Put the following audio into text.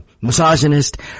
misogynist